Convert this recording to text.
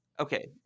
okay